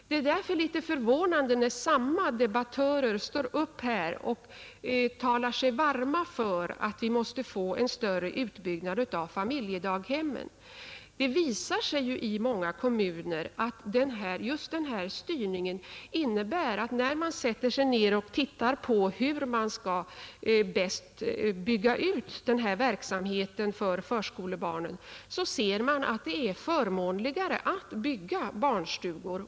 Det är därför litet förvånande när samma debattörer talar sig varma för en större utbyggnad av familjedaghemmen,. I många kommuner visar det sig ju, när man sätter sig ner och tittar på hur man bäst skall bygga ut verksamheten för förskolebarnen, att just den här styrningen innebär att det är förmånligare att bygga barnstugor.